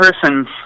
person